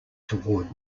towards